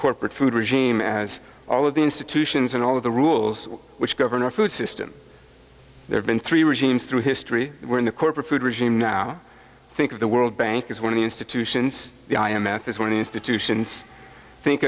corporate food regime as all of the institutions and all of the rules which govern our food system there have been three regimes through history in the corporate food regime now think of the world bank as one of the institutions the i m f is one institutions think